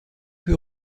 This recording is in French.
peu